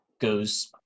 goes